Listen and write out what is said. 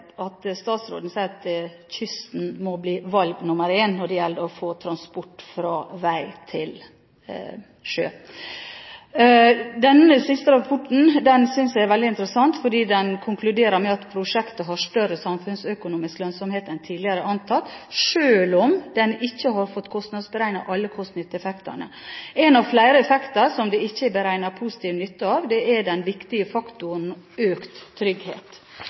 statsråden sier at det er kysten som blir valg nr. 1, og at det gjelder å få transport fra vei til sjø. Den siste rapporten syns jeg er veldig interessant, fordi den konkluderer med at prosjektet har større samfunnsøkonomisk lønnsomhet enn tidligere antatt, sjøl om en ikke har fått kostnadsberegnet alle kost–nytte-effektene. En av flere effekter som det ikke er beregnet positiv nytte av, er den viktige faktoren økt trygghet.